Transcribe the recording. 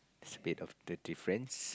a bit of the difference